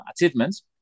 achievements